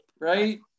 Right